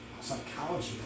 psychology